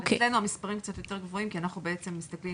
אצלנו המספרים קצת יותר גבוהים כי אנחנו בעצם מסתכלים